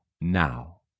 now